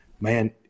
man –